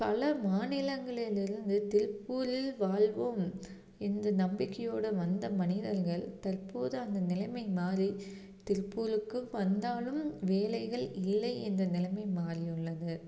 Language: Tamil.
பல மாநிலங்களில் இருந்து திருப்பூரில் வாழ்வோம் என்று நம்பிக்கையோடு வந்த மனிதர்கள் தற்போது அந்த நிலைமை மாறி திருப்பூருக்கு வந்தாலும் வேலைகள் இல்லை என்ற நிலைமை மாறியுள்ளது